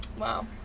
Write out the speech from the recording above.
Wow